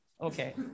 okay